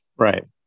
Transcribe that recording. Right